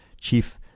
Chief